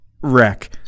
wreck